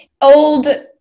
old